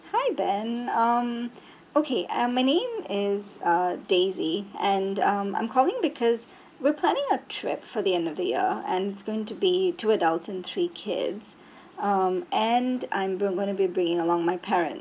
hi ben um okay uh my name is uh daisy and um I'm calling because we're planning a trip for the end of the year and it's going to be two adults and three kids um and I'm going to be bringing along my parents